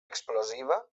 explosiva